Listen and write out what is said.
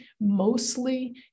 mostly